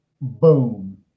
Boom